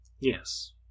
Yes